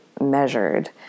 measured